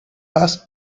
paz